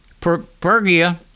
Pergia